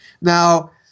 Now